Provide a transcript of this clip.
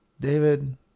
David